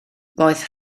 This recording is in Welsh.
roedd